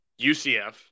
UCF